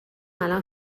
الان